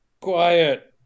quiet